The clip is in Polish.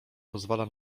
pozwala